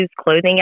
clothing